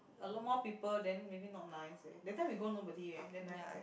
a lot more people then maybe not nice leh that time we go nobody eh then nice eh